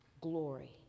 glory